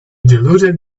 diluted